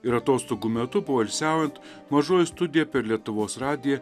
ir atostogų metu poilsiaujant mažoji studija per lietuvos radiją